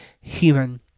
human